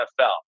NFL